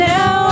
Now